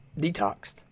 detoxed